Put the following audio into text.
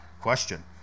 Question